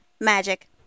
Magic